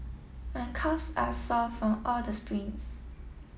my calves are sore from all the sprints